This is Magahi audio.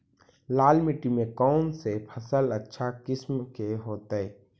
लाल मिट्टी में कौन से फसल अच्छा किस्म के होतै?